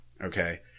okay